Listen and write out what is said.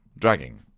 Dragging